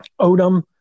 Odom